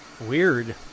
Weird